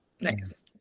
Nice